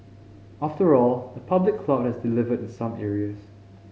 after all the public cloud has delivered in some areas